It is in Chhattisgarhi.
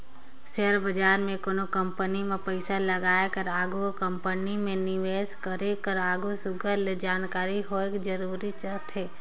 सेयर बजार में कोनो कंपनी में पइसा लगाए कर आघु ओ कंपनी में निवेस करे कर आघु सुग्घर ले जानकारी होवई जरूरी रहथे